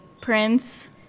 Prince